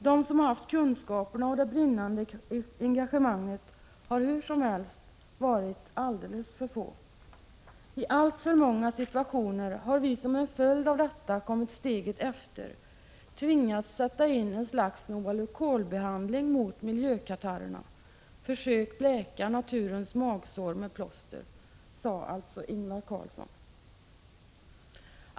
De som haft kunskaperna och det brinnande engagemanget har hur som helst varit alldeles för få. I alltför många situationer har vi, som en följd av detta, kommit steget efter, tvingats sätta in en slags Novalucolbehandling mot miljökatarrerna, försökt läka naturens magsår med plåster.